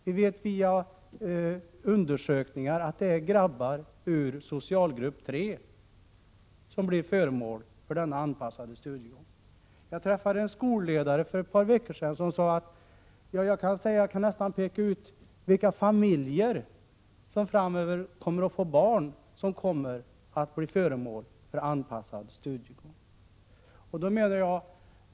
Vi vet via undersökningar att det är grabbar ur socialgrupp 3 som blir föremål för denna anpassade studiegång. Jag träffade för ett par veckor sedan en skolledare som sade att han kunde peka ut vilka familjer som framöver skulle få barn som skulle bli föremål för anpassad studiegång.